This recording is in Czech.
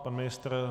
Pan ministr?